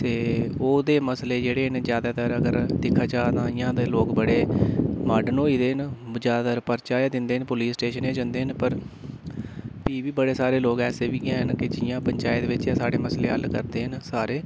ते ओह् दे मसले जेह्ड़े न ज्यादातर अगर दिक्खा जा तां इयां ते लोग बड़े मार्डन होई गेदे न ज्यादतर परचा गै दिंदे न पुलिस स्टेशने जंदे न पर फ्ही बी बड़े सारे लोग ऐसे बी हैन कि जियां पंचायत बिच्च साढ़े मसले हल करदे न सारे